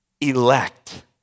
elect